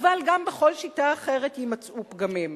אבל גם בכל שיטה אחרת יימצאו פגמים.